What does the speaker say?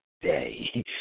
day